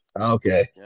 Okay